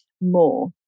more